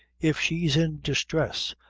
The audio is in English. if she's in distress,